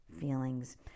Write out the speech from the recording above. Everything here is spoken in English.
feelings